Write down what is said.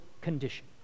condition